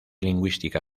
lingüística